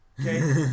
Okay